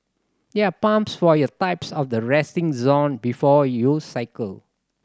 there are pumps for your types of the resting zone before you cycle